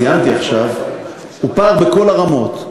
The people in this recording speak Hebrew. הפער שציינתי עכשיו הוא פער בכל הרמות,